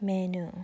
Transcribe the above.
Menu